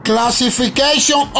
Classification